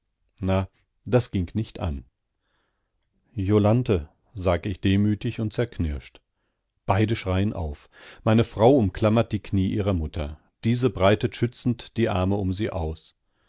na das ging nicht an jolanthe sag ich demütig und zerknirscht beide schreien auf meine frau umklammert die knie ihrer mutter diese breitet schützend die arme um sie aus